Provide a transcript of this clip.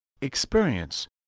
experience